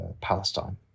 Palestine